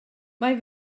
mae